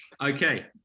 Okay